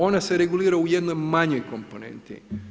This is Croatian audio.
Ona se regulira u jednoj manjoj komponenti.